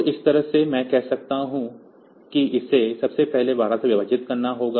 तो इस तरह से मैं कह सकता हूं कि इसे सबसे पहले 12 से विभाजित करना होगा